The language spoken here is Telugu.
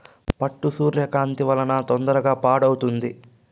పట్టు సూర్యకాంతి వలన తొందరగా పాడవుతుంది